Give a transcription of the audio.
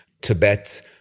Tibet